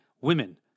Women